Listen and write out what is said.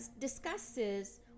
discusses